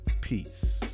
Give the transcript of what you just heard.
Peace